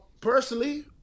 personally